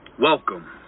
Welcome